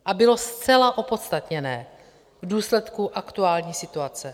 A bylo zcela opodstatněné v důsledku aktuální situace.